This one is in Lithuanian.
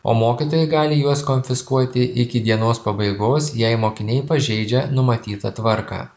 o mokytojai gali juos konfiskuoti iki dienos pabaigos jei mokiniai pažeidžia numatytą tvarką